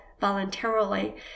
voluntarily